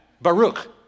Baruch